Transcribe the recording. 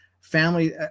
family